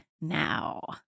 now